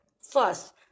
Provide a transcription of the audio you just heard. First